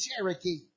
Cherokee